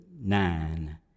nine